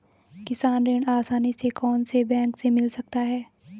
किसान ऋण आसानी से कौनसे बैंक से मिल सकता है?